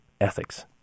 ethics